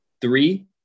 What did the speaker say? Three